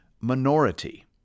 minority